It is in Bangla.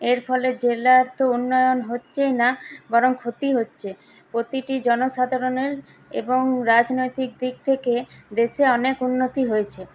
এর ফলে জেলার তো উন্নয়ন হচ্ছেই না বরং ক্ষতি হচ্ছে প্রতিটি জনসাধারণের এবং রাজনৈতিক দিক থেকে দেশে অনেক উন্নতি হয়েছে